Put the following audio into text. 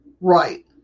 Right